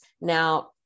Now